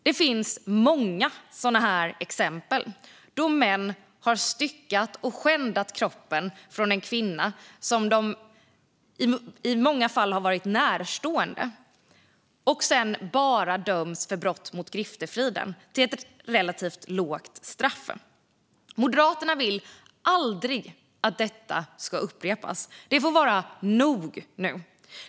Det finns många sådana här exempel på hur män har styckat och skändat kroppen av en kvinna, som de i många fall varit närstående, och sedan bara dömts för brott mot griftefriden till ett relativt lågt straff. Moderaterna vill att detta aldrig ska upprepas. Det får vara nog nu.